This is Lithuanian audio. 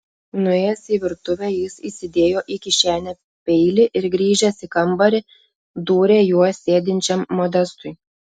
nuėjęs į virtuvę jis įsidėjo į kišenę peilį ir grįžęs į kambarį dūrė juo sėdinčiam modestui